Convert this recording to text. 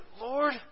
Lord